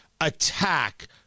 attack